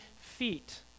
feet